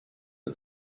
and